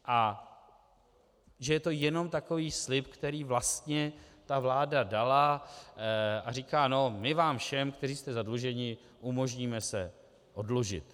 A že je to jenom takový slib, který vlastně vláda dala a říká: my vám všem, kteří jste zadluženi, umožníme se oddlužit.